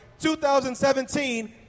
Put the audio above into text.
2017